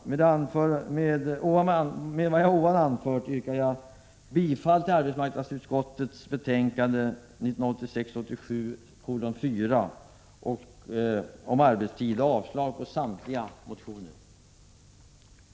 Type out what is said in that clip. Med vad jag anfört yrkar jag bifall till arbetsmarknadsutskottets hemställan i betänkande 1986/87:4 om arbetstid och avslag på samtliga motioner.